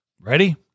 Ready